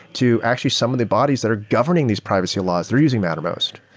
to actually some of the bodies that are governing these privacy laws. they're using mattermost.